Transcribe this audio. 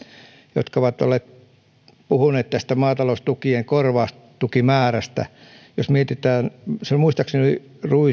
jotka ovat puhuneet maataloustukien korvaustukimäärästä muistaakseni